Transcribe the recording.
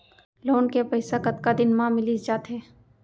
Loan के पइसा कतका दिन मा मिलिस जाथे?